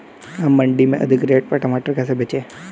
हम मंडी में अधिक रेट पर टमाटर कैसे बेचें?